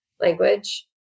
language